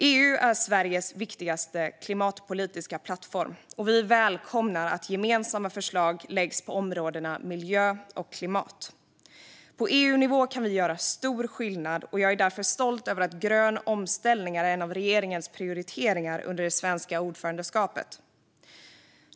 EU är Sveriges viktigaste klimatpolitiska plattform. Vi välkomnar att gemensamma förslag läggs på områdena miljö och klimat. På EU-nivå kan vi göra stor skillnad, och jag är därför stolt över att grön omställning är en av regeringens prioriteringar under det svenska ordförandeskapet.